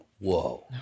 Whoa